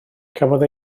cafodd